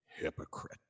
hypocrite